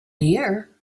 year